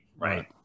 right